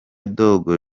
dogo